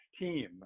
team